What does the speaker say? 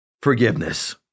forgiveness